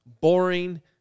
boring